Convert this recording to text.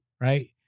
right